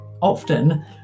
often